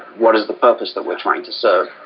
what is the purpose that we are trying to serve?